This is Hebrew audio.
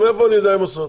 מאיפה אני יודע אם הן עושות?